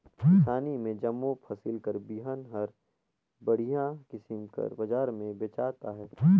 किसानी में जम्मो फसिल कर बीहन हर बड़िहा किसिम कर बजार में बेंचात अहे